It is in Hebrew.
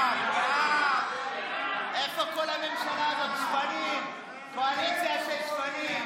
הצעות סיעת יהדות התורה וסיעת ש"ס